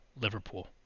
Liverpool